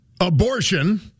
abortion